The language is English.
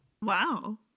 Wow